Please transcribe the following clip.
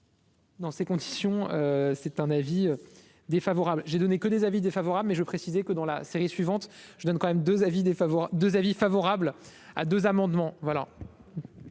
Dans ces conditions, c'est un avis défavorable, j'ai donné que des avis défavorables mais je ai précisé que dans la série suivante je donne quand même 2 avis défavorables, 2 avis